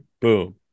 boom